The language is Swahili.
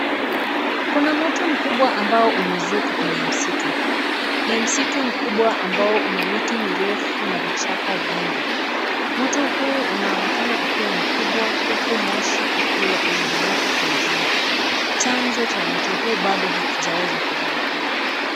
Kuna moto mkubwa ambao umesuka kwenye msitu huu. Ni msitu mkubwa ambao una miti mirefu na vichaka vingi. Moto huu unaonekana ukiwa mkubwa huku Moshi ukiwa unainuka kwa juu. Chanzo cha moto huu bado haujaweza kujulikana.